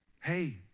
hey